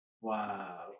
Wow